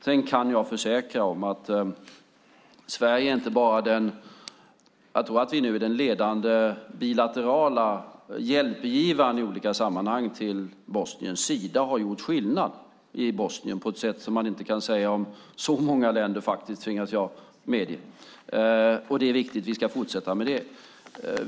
Jag kan också försäkra att Sverige inte bara är den ledande bilaterala hjälpgivaren till Bosnien i olika sammanhang. Sida har gjort skillnad i Bosnien på ett sätt som man inte kan säga om särskilt många länder, och det är viktigt att fortsätta med det.